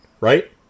right